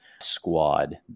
squad